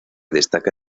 destaca